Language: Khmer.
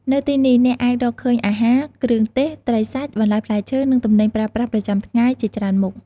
នៅទីនេះអ្នកអាចរកឃើញអាហារ គ្រឿងទេស ត្រីសាច់ បន្លែផ្លែឈើ និងទំនិញប្រើប្រាស់ប្រចាំថ្ងៃជាច្រើនមុខ។